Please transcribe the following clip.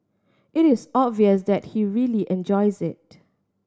it is obvious that he really enjoys it